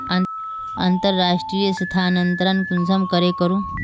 अंतर्राष्टीय स्थानंतरण कुंसम करे करूम?